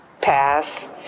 pass